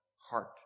heart